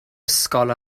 ysgol